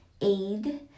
aid